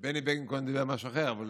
כי בני בגין קודם דיבר על משהו אחר, אבל